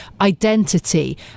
identity